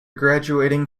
graduating